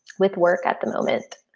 with work at the moment.